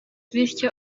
bityo